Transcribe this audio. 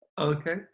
okay